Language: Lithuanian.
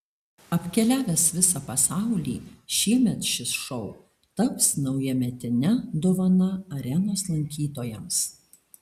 apkeliavęs visą pasaulį šiemet šis šou taps naujametine dovana arenos lankytojams